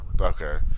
okay